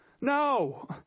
No